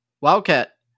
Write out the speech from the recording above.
Wildcat